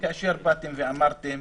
שכאשר באתם ואמרתם: